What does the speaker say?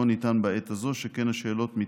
לא ניתן להשיב בעת הזאת,